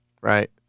right